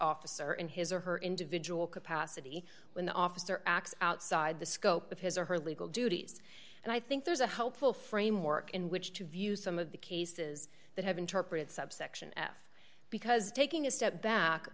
officer in his or her individual capacity when the officer acts outside the scope of his or her legal duties and i think there's a helpful framework in which to view some of the cases that have interpreted subsection f because taking a step back